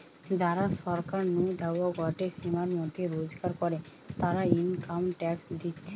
যারা সরকার নু দেওয়া গটে সীমার মধ্যে রোজগার করে, তারা ইনকাম ট্যাক্স দিতেছে